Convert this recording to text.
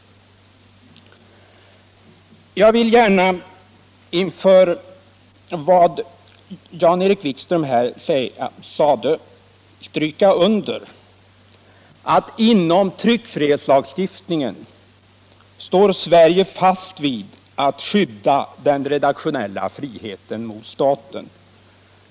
Inför vad herr Wikström här sade vill jag gärna stryka under att Sverige genom tryckfrihetslagstiftningen står fast vid att skydda den redaktionella friheten mot staten.